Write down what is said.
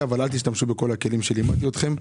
אבל אל תשתמשו בכל הכלים שלימדתי אתכם.